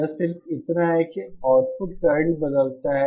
यह सिर्फ इतना है कि आउटपुट करंट बदलता है